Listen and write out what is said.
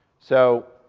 so,